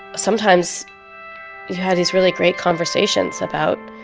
sometimes you'd have these really great conversations about